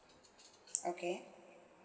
okay